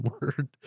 word